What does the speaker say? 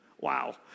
Wow